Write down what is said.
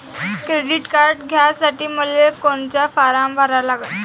Credit card घ्यासाठी मले कोनचा फारम भरा लागन?